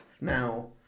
now